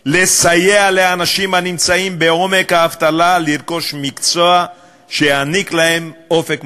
לסייע לאנשים שנמצאים בעומק האבטלה לרכוש מקצוע שיעניק להם אופק ממשי.